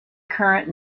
current